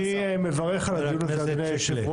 אני מברך מאוד על הדיון הזה, אדוני היושב-ראש.